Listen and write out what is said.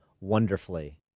wonderfully